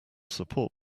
support